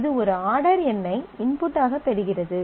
இது ஒரு ஆர்டர் எண்ணை இன்புட் ஆகப் பெறுகிறது